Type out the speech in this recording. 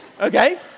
Okay